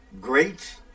great